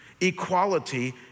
equality